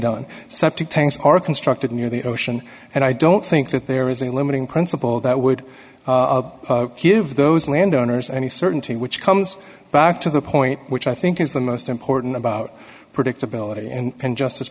done septic tanks are constructed near the ocean and i don't think that there is a limiting principle that would give those landowners any certainty which comes back to the point which i think is the most important about predictability and justice